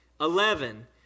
eleven